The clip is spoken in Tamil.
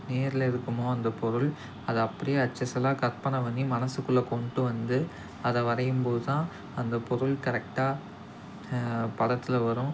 நேர்ல இருக்குமோ அந்த பொருள் அதை அப்படியே அச்சு அசலாக கற்பனை பண்ணி மனசுக்குள்ள கொண்டு வந்து அதை வரையும்போதுதான் அந்த பொருள் கரெக்டாக படத்தில் வரும்